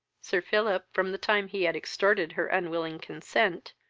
sir philip, from the time he had extorted her unwilling consent,